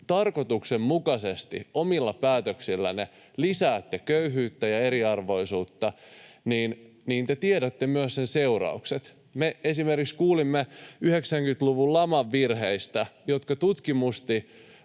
tarkoituksenmukaisesti omilla päätöksillänne lisäätte köyhyyttä ja eriarvoisuutta, niin te tiedätte myös sen seuraukset. Me esimerkiksi kuulimme 90-luvun laman virheistä, jotka tutkitusti